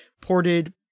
ported